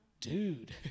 Dude